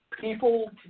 people